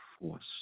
force